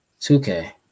2K